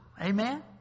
Amen